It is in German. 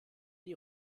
die